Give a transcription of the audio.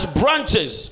branches